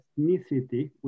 ethnicity